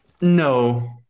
No